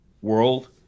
world